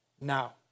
now